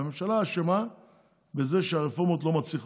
הממשלה אשמה בזה שהרפורמות לא מצליחות.